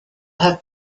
have